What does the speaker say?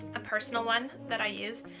a personal one that i use,